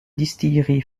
distillerie